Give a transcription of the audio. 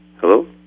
Hello